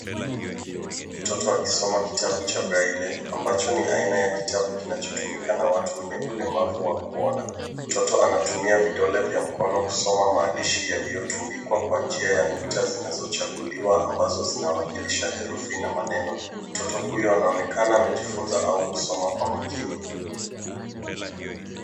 Mtoto akisoma kitabu cha breli ambacho ni aina ya kitabu kinachotumika na watu wenye ulemavu wa kuona. Mtoto anatumia vidole vya mkono kusoma maandishi yaliyotundikwa kwa njia ya nukta zinazochaguliwa ambazo zinawakilisha herufi na maneno. Mtoto huyu anaonekana amejifunza au kusoma kwa makini.